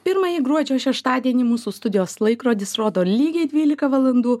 pirmąjį gruodžio šeštadienį mūsų studijos laikrodis rodo lygiai dvylika valandų